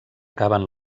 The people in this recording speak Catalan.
acaben